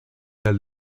del